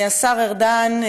השר ארדן,